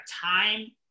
time